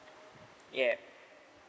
yup